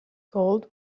gold